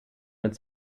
mit